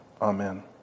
Amen